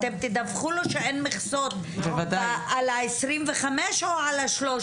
אתם תדווחו לו שאין מכסות על ה-25 או על ה-300?